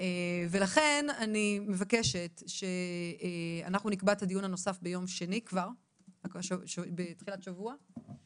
לכן אני מבקשת שאנחנו נקבע את הדיון הנוסף ביום שני בתחילת השבוע,